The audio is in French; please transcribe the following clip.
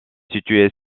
située